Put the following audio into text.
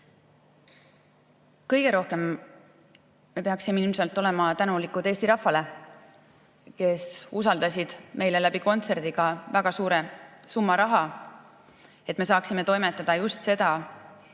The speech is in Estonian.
Kõige rohkem me peaksime aga ilmselt olema tänulikud Eesti rahvale, kes usaldasid meile kontserdi kaudu väga suure summa raha, et me saaksime toimetada abi sinna,